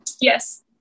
Yes